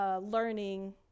Learning